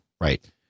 Right